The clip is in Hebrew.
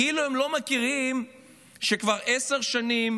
כאילו הם לא מכירים שכבר עשר שנים